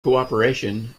cooperation